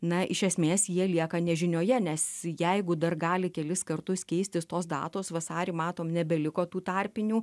na iš esmės jie lieka nežinioje nes jeigu dar gali kelis kartus keistis tos datos vasarį matom nebeliko tų tarpinių